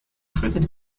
cricket